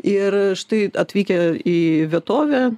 ir štai atvykę į vietovę